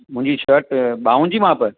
मुंहिंजी शर्ट बाहूं जी माप